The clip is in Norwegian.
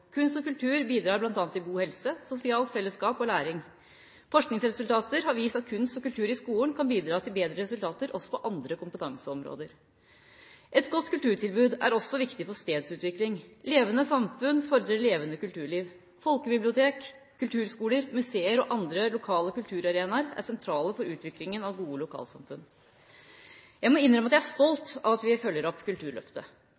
Kunst og kultur bidrar bl.a. til god helse, sosialt fellesskap og læring. Forskningsresultater har vist at kunst og kultur i skolen kan bidra til bedre resultater også på andre kompetanseområder. Et godt kulturtilbud er også viktig for stedsutvikling. Levende samfunn fordrer levende kulturliv. Folkebibliotek, kulturskoler, museer og andre lokale kulturarenaer er sentrale for utviklingen av gode lokalsamfunn. Jeg må innrømme at jeg er